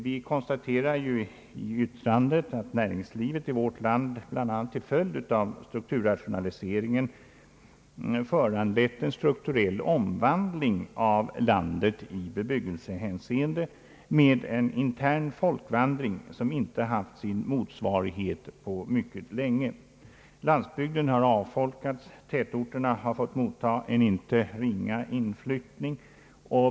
Vi konstaterar i yttrandet att näringslivet i vårt land, bl.a. till följd av strukturrationaliseringen, föranlett en strukturell omvandling av landet i bebyggelsehänseende med en intern folkvandring som inte haft sin motsvarighet på mycket länge. Landsbygden har avfolkats och tätorterna har fått motta ett inte ringa antal inflyttande människor.